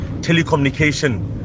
telecommunication